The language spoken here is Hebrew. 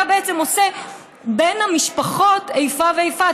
אתה בעצם עושה בין המשפחות איפה ואיפה.